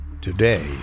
today